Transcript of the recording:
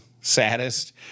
saddest